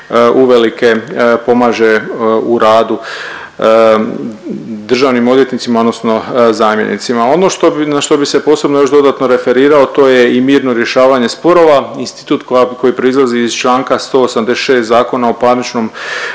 uvelike pomaže u radu državnim odvjetnicima, odnosno zamjenicima. Ono na što bih se posebno još dodatno referirao to je i mirno rješavanje sporova, institut koji proizlazi iz članka 186. Zakona o parničnom